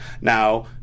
Now